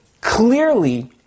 clearly